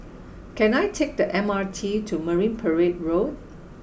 can I take the M R T to Marine Parade Road